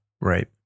Right